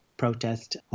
Protest